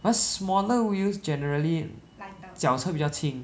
cause smaller wheels generally 脚车比较轻